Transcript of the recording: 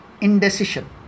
indecision